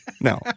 No